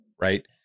Right